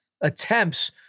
attempts